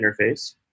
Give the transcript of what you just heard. interface